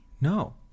no